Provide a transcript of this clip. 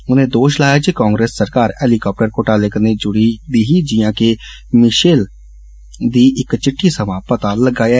उनें दोश लाया जे कांग्रेस सरकार हैलीकाप्टर घोटाले कन्ने जुड़ी दी ही जियां के मिषेल दी इक चिड्डी सवा पता लग्गा ऐ